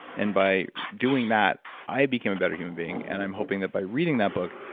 and by doing that i became a better human being. and i'm hoping that by reading that book,